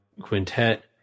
quintet